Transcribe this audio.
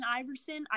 Iverson